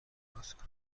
کنند